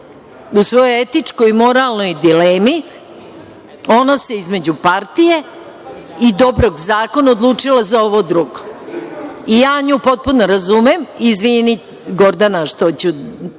U svojoj etičkoj i moralnoj dilemi, ona se između partije i dobrog zakona odlučila za ovo drugo. I ja nju potpuno razumem. Izvini, Gordana, što ću